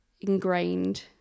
ingrained